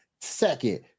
second